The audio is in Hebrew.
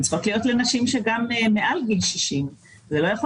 המלגות צריכות להיות לנשים שהם גם מעל גיל 60. זה לא יכול